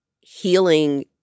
healing